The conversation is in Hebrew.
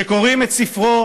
כשקוראים את ספרו